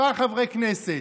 כמה חברי כנסת,